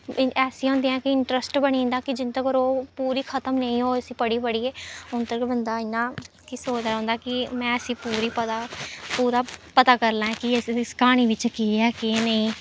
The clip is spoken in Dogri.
ऐसियां होंदियां कि इंटरस्ट बनी जंदा कि जिन्ने तक्कर ओह् पूरी खत्म नेईं हो उस्सी पढ़ी पढ़ियै उन्न तक्कर बंदा इ'यां कि सोचदा रौंह्दा कि में उस्सी पूरी पता पूरा पता करी लैं कि आखर इस क्हानी बिच्च केह् ऐ केह् नेईं